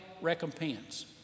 recompense